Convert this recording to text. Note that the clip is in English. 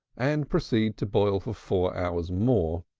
and proceed to boil for four hours more.